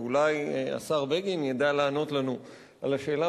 ואולי השר בגין ידע לענות לנו על השאלה